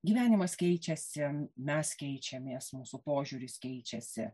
gyvenimas keičiasi mes keičiamės mūsų požiūris keičiasi